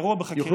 אירוע בחקירה.